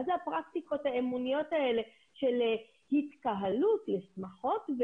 מה זה הפרקטיקות האמוניות האלה של התקהלות לשמחות,